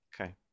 Okay